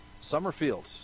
Summerfield